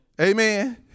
Amen